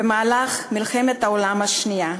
במהלך מלחמת העולם השנייה.